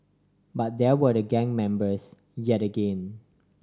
but there were the gang members yet again